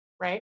right